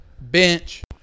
bench